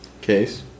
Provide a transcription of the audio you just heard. Case